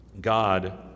God